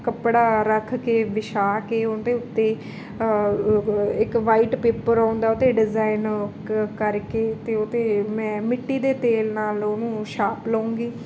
ਕੱਪੜਾ ਰੱਖ ਕੇ ਵਿਛਾ ਕੇ ਉਹਦੇ ਉੱਤੇੇ ਇੱਕ ਵਾਈਟ ਪੇਪਰ ਆਉਂਦਾ ਉਹ 'ਤੇ ਡਿਜ਼ਾਇਨ ਕ ਕਰ ਕੇ ਅਤੇ ਉਹ 'ਤੇ ਮੈਂ ਮਿੱਟੀ ਦੇ ਤੇਲ ਨਾਲ ਉਹਨੂੰ ਛਾਪ ਲਊਂਗੀ